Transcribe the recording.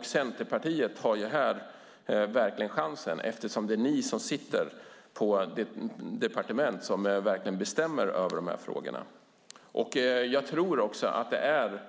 Centerpartiet har här verkligen chansen eftersom det är ni som sitter på det departement som verkligen bestämmer över de här frågorna. Jag tror också att det är